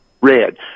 Red